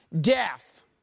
death